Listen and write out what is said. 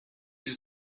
just